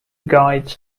guides